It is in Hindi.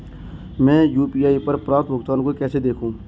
मैं यू.पी.आई पर प्राप्त भुगतान को कैसे देखूं?